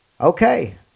Okay